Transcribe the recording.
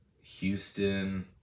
Houston